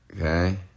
Okay